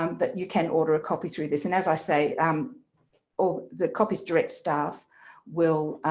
um but you can order a copy through this and as i say, um all the copies direct staff will